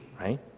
right